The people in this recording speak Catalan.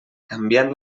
canviant